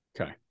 Okay